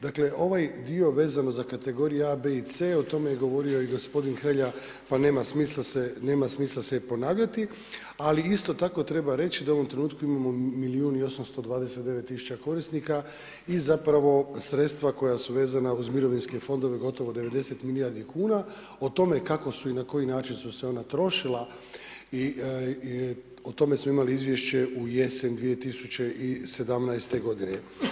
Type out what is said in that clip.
Dakle, ovaj dio vezano za kategorije A, B i C, o tome je govorio i gospodin Hrelja pa nema smisla sve ponavljati, ali isto tako treba reći da u ovom trenutku imamo milijun i 829000 korisnika i zapravo sredstva koja su vezan uz mirovinske fondove gotovo 90 milijardi kuna o tome kako su i na koji način su se ona trošila i o tome smo imali izvješće u jesen 2017. godine.